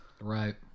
right